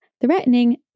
threatening